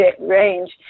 range